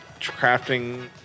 crafting